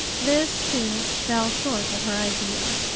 this, too, fell short of her ideal,